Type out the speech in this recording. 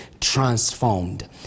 transformed